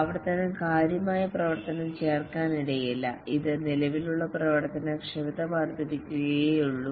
ആവർത്തനം കാര്യമായ പ്രവർത്തനം ചേർക്കാനിടയില്ല ഇത് നിലവിലുള്ള പ്രവർത്തനക്ഷമത വർദ്ധിപ്പിക്കുകയേയുള്ളൂ